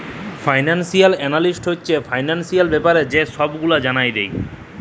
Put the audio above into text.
financial analyst হছে financial ব্যাপারে যে ছব গুলা জালায় দেই